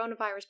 coronavirus